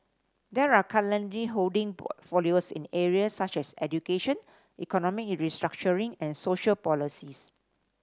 they are currently holding portfolios in areas such as education economic restructuring and social policies